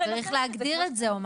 צריך להגדיר את זה או משהו.